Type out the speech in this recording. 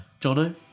Jono